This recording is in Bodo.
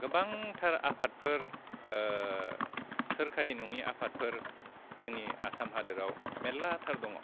गोबांथार आफादफोर सोरखारि नङि आफादफोर जोंनि आसाम हादोराव मेरलाथार दङ